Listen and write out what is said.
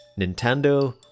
Nintendo